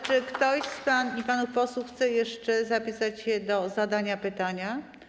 Czy ktoś z pań i panów posłów chce jeszcze zapisać się do zadania pytania?